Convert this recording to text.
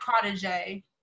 protege